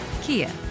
Kia